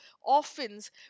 orphans